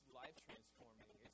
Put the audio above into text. life-transforming